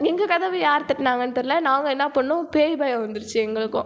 எங்கள் கதவை யார் தட்டினாங்கன்னு தெரில நாங்கள் என்னப் பண்ணோம் பேய் பயம் வந்துருச்சு எங்களுக்கும்